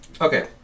Okay